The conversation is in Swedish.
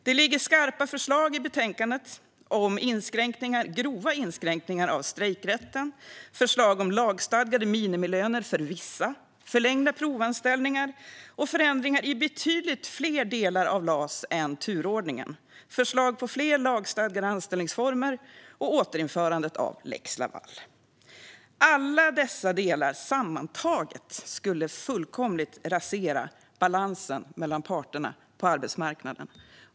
Det ligger skarpa förslag i betänkandet om grova inskränkningar av strejkrätten, om lagstadgade minimilöner för vissa, om förlängda provanställningar, om förändringar i betydligt fler delar av LAS än turordningen, om fler lagstadgade anställningsformer och om återinförande av lex Laval. Sammantaget skulle alla dessa delar fullkomligt rasera balansen mellan parterna på arbetsmarknaden.